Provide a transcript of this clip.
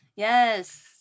Yes